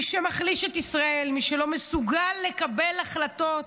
מי שמחליש את ישראל, מי שלא מסוגל לקבל החלטות